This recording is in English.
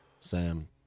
Sam